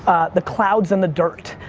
the clouds and the dirt,